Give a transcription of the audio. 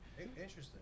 Interesting